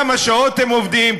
כמה שעות הם עובדים,